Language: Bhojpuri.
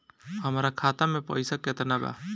हमरा खाता में पइसा केतना बा?